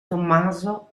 tommaso